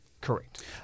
Correct